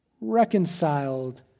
reconciled